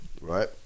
Right